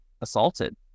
assaulted